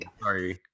sorry